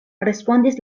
respondis